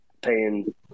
paying